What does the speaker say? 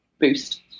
boost